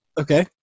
Okay